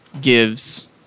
gives